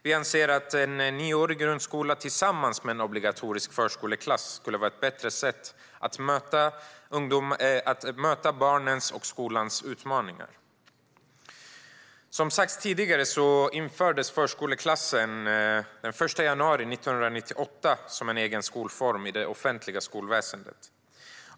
Vi anser att en nioårig grundskola tillsammans med en obligatorisk förskoleklass skulle vara ett bättre sätt att möta barnens och skolans utmaningar. Som sagts tidigare infördes förskoleklassen den 1 januari 1998 som en egen skolform i det offentliga skolväsendet.